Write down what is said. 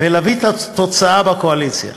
ולהביא את התוצאה בקואליציה.